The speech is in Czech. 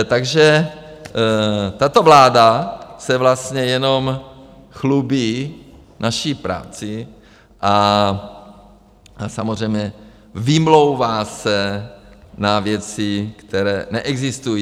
Takže tato vláda se vlastně jenom chlubí naší prací a samozřejmě vymlouvá se na věci, které neexistují.